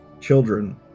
children